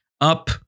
up